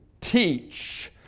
teach